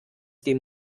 dem